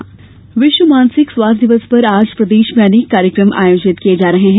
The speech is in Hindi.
मानसिक स्वास्थ्य दिवस विश्व मानसिक स्वास्थ्य दिवस पर आज प्रदेश में अनेक कार्यक्रम आयोजित किये जा रहे हैं